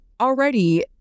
already